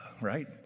right